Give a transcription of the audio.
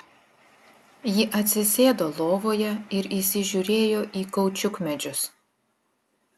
ji atsisėdo lovoje ir įsižiūrėjo į kaučiukmedžius